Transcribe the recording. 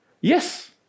Yes